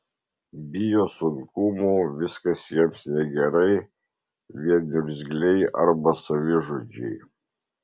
bijo sunkumų viskas jiems negerai vien niurzgliai arba savižudžiai